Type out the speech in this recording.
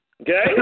Okay